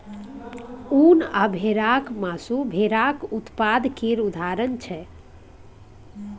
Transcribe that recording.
उन आ भेराक मासु भेराक उत्पाद केर उदाहरण छै